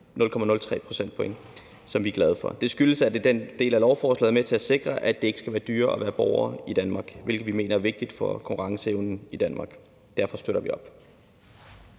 0,03 procentpoint, som vi er glade for. Det skyldes, at den del af lovforslaget er med til at sikre, at det ikke skal være dyrere at være borger i Danmark, hvilket vi mener er vigtigt for konkurrenceevnen i Danmark. Derfor støtter vi op.